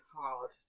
hard